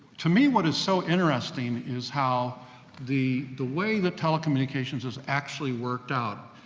to me what is so interesting, is how the, the way that telecommunications has actually worked out,